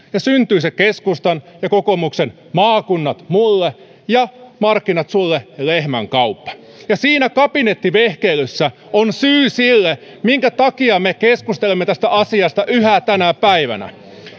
syntyi se keskustan ja kokoomuksen maakunnat mulle ja markkinat sulle lehmänkauppa ja siinä kabinettivehkeilyssä on syy siihen minkä takia me keskustelemme tästä asiasta yhä tänä päivänä